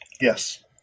Yes